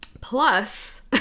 Plus